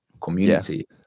community